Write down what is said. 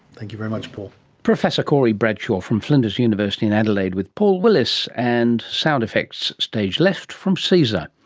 thank you very much paul. professor corey bradshaw from flinders university in adelaide, with paul willis, and sound effects stage left from caesar.